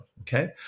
Okay